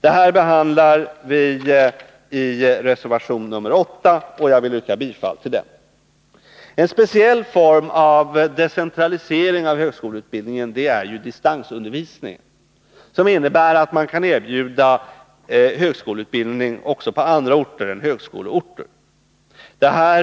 Detta behandlar vi i reservation 8, som jag yrkar bifall till. En speciell form av decentralisering av högskoleutbildningen är distansundervisning, som innebär att man kan erbjuda högskoleutbildning också på andra orter än högskoleorter. Detta